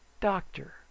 Doctor